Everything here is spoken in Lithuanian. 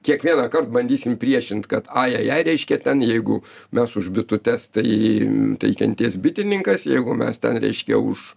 kiekvienąkart bandysim priešint kad ajajai reiškia ten jeigu mes už bitutes tai tai kentės bitininkas jeigu mes ten reiškia už